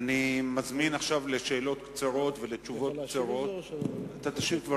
השר ישיב על